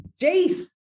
Jace